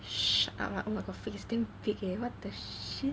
shut up lah what the freak it's damn big eh what the shit